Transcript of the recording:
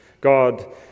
God